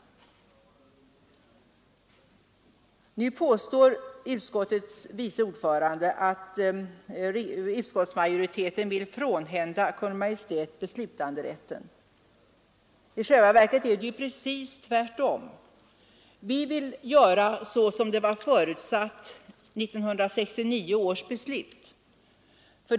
Nu påstår utskottets vice ordförande att utskottsmajoriteten vill frånhända Kungl. Maj:t beslutanderätten. I själva verket är det ju precis tvärtom. Vi vill göra så som det var förutsatt i 1969 års beslut.